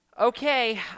okay